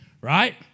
right